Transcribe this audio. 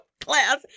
class